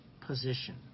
position